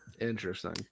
interesting